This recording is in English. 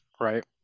right